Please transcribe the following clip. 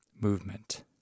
movement